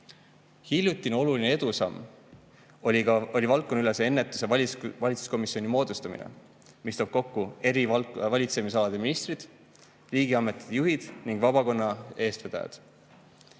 Hiljutine oluline edusamm oli valdkonnaülese ennetuse valitsuskomisjoni moodustamine, mis toob kokku eri valitsemisalade ministrid, riigiametite juhid ning vabakonna eestvedajad.